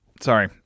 Sorry